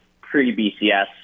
pre-BCS